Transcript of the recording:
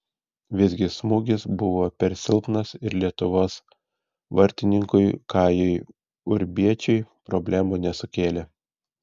visgi smūgis buvo per silpnas ir lietuvos vartininkui kajui urbiečiui problemų nesukėlė